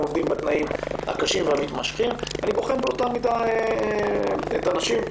עומדים בתנאים הקשים והמתמשכים אני בוחן באותה מידה את הנשים.